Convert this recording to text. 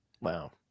Wow